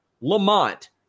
Lamont